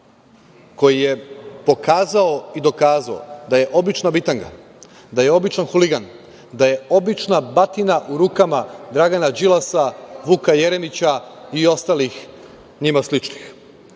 koji je pokazao i dokazao da je obična bitanga, da je običan huligan, da je obična batina u rukama Dragana Đilasa, Vuka Jeremića i ostalih njima sličnih. Ono